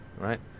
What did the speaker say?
right